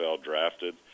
drafted